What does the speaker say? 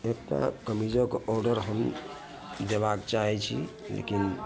एकटा कमीजक ऑर्डर हम देबाक चाहैत छी लेकिन